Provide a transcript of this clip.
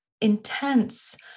intense